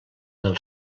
del